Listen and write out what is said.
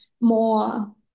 more